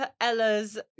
Ella's